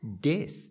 Death